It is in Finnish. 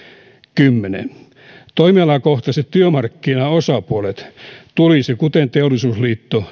kymmenen toimialakohtaisten työmarkkinaosapuolien tulisi kuten teollisuusliitto